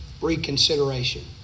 reconsideration